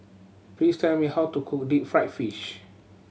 please tell me how to cook deep fried fish